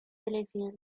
telefilm